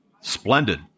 Splendid